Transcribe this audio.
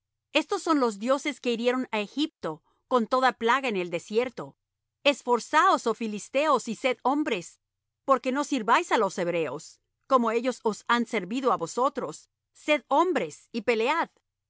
estos son los dioses que hirieron á egipto con toda plaga en el desierto esforzaos oh filisteos y sed hombres porque no sirváis á los hebreos como ellos os han servido á vosotros sed hombres y pelead